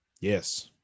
yes